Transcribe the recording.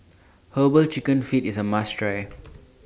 Herbal Chicken Feet IS A must Try